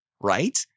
right